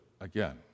again